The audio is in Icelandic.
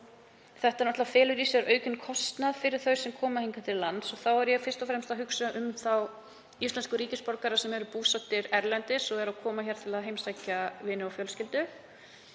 felur náttúrlega í sér aukinn kostnað fyrir þau sem koma hingað til lands og þá er ég fyrst og fremst að hugsa um þá íslensku ríkisborgara sem eru búsettir erlendis og koma hingað til að heimsækja vini og fjölskyldu.